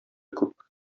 күп